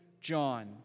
John